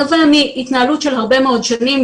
נובע מהתנהלות של הרבה מאוד שנים,